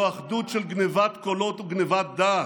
זו אחדות של גנבת קולות וגנבת דעת.